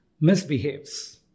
misbehaves